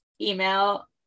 email